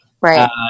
right